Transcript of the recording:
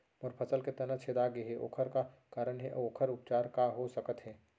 मोर फसल के तना छेदा गेहे ओखर का कारण हे अऊ ओखर उपचार का हो सकत हे?